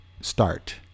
start